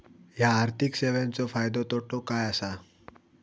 हया आर्थिक सेवेंचो फायदो तोटो काय आसा?